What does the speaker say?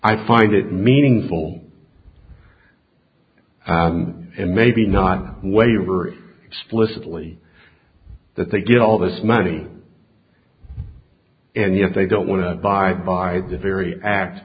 i find it meaningful and maybe not waiver explicitly that they get all this money and yet they don't want to buy by the very act